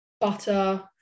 butter